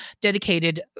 dedicated